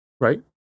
right